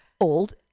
old